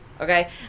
Okay